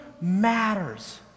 matters